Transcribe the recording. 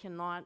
cannot